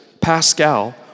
Pascal